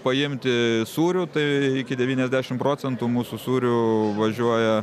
paimti sūrių tai iki devyniasdešim procentų mūsų sūrių važiuoja